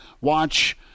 watch